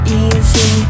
easy